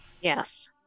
Yes